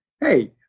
Hey